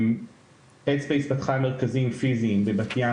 הדספייס פתחה מרכזים פיזיים בבת ים